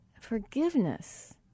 forgiveness